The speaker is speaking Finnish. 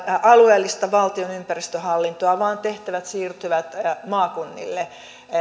alueellista valtion ympäristöhallintoa vaan tehtävät siirtyvät maakunnille